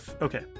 Okay